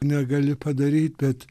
negali padaryt bet